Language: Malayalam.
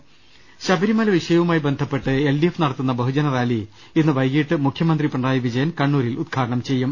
് ശബരിമല വിഷയവുമായി ബന്ധപ്പെട്ട് എൽ ഡി എഫ് നടത്തുന്ന ബഹു ജനറാലി ഇന്ന് വൈകിട്ട് മുഖ്യമന്ത്രി പിണറായി വിജയൻ കണ്ണൂരിൽ ഉദ്ഘാടനം ചെയ്യും